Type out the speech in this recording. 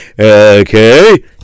Okay